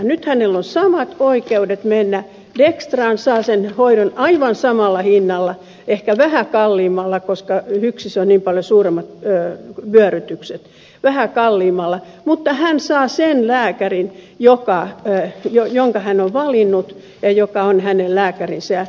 nyt hänellä on samat oikeudet mennä dextraan ja hän saa sen hoidon aivan samalla hinnalla ehkä vähän kalliimmalla koska hyksissä on niin paljon suuremmat vyörytykset mutta hän saa sen lääkärin jonka hän on valinnut ja joka on hänen lääkärinsä